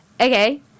Okay